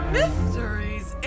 Mysteries